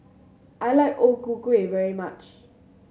I like O Ku Kueh very much